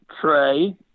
Trey